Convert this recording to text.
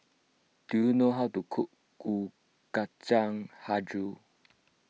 do you know how to cook Kueh Kacang HiJau